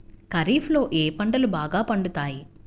ఖరీఫ్లో ఏ పంటలు బాగా పండుతాయి?